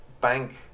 bank